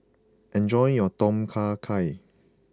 enjoy your Tom Kha Gai